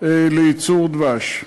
לייצור דבש.